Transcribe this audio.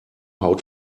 how